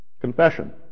confession